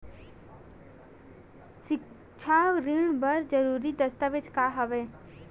सिक्छा ऋण बर जरूरी दस्तावेज का हवय?